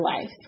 life